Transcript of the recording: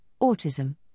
autism